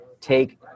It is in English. take